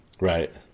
Right